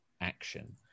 action